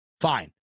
fine